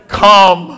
come